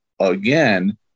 again